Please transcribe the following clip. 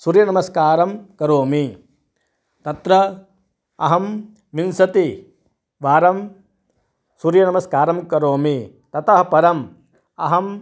सुर्यनमस्कारं करोमि तत्र अहं विंशतिः वारं सुर्यनमस्कारं करोमि ततः परम् अहं